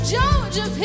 Georgia